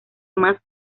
más